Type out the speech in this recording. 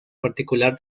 particular